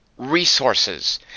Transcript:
Resources